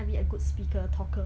I make a good speaker talker